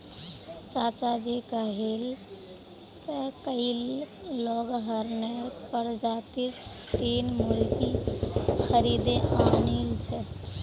चाचाजी कइल लेगहॉर्न प्रजातीर तीन मुर्गि खरीदे आनिल छ